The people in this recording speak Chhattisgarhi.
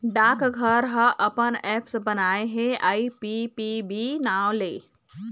डाकघर ह अपन ऐप्स बनाए हे आई.पी.पी.बी नांव ले